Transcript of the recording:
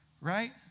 right